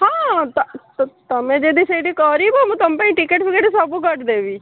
ହଁ ତୁମେ ଯଦି ସେଇଠି କରିବ ମୁଁ ତୁମ ପାଇଁ ଟିକେଟ୍ ଫିକେଟ୍ ସବୁ କରିଦେବି